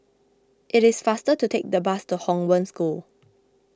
it is faster to take the bus to Hong Wen School